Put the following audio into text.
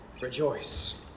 rejoice